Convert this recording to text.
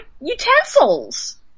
utensils